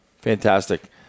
Fantastic